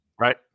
right